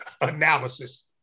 analysis